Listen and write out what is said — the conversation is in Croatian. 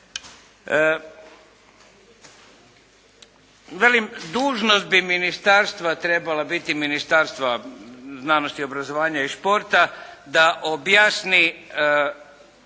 Velim dužnost bi ministarstva trebala biti Ministarstva znanosti i obrazovanja i sporta da objasni